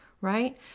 right